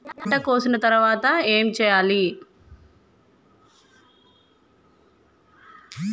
పంట కోసిన తర్వాత ఏం చెయ్యాలి?